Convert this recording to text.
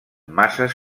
masses